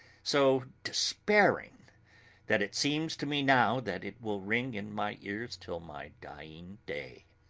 so despairing that it seems to me now that it will ring in my ears till my dying day.